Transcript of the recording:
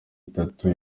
bitatu